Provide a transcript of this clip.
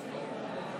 מצביע אורלי לוי אבקסיס,